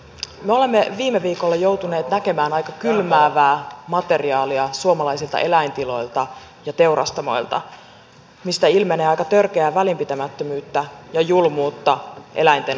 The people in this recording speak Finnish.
me olemme viime viikolla joutuneet näkemään aika kylmäävää materiaalia suomalaisilta eläintiloilta ja teurastamoilta mistä ilmenee aika törkeää välinpitämättömyyttä ja julmuutta eläinten kohtelussa